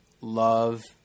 Love